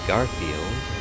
Garfield